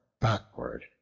backward